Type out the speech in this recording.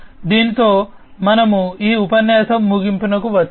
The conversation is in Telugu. దీనితో మనము ఈ ఉపన్యాసం ముగింపుకు వచ్చాము